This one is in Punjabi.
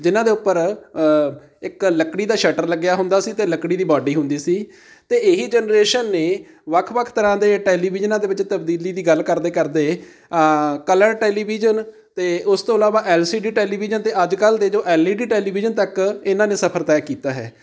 ਜਿਨ੍ਹਾਂ ਦੇ ਉੱਪਰ ਇੱਕ ਲੱਕੜੀ ਦਾ ਸ਼ਟਰ ਲੱਗਿਆ ਹੁੰਦਾ ਸੀ ਅਤੇ ਲੱਕੜੀ ਦੀ ਬਾਡੀ ਹੁੰਦੀ ਸੀ ਅਤੇ ਇਹੀ ਜਨਰੇਸ਼ਨ ਨੇ ਵੱਖ ਵੱਖ ਤਰ੍ਹਾਂ ਦੇ ਟੈਲੀਵਿਜ਼ਨਾਂ ਦੇ ਵਿੱਚ ਤਬਦੀਲੀ ਦੀ ਗੱਲ ਕਰਦੇ ਕਰਦੇ ਕਲਰ ਟੈਲੀਵਿਜ਼ਨ ਅਤੇ ਉਸ ਤੋਂ ਇਲਾਵਾ ਐੱਲ ਸੀ ਡੀ ਟੈਲੀਵਿਜ਼ਨ ਅਤੇ ਅੱਜ ਕੱਲ੍ਹ ਦੇ ਜੋ ਐੱਲ ਈ ਡੀ ਟੈਲੀਵਿਜ਼ਨ ਤੱਕ ਇਹਨਾਂ ਨੇ ਸਫ਼ਰ ਤੈਅ ਕੀਤਾ ਹੈ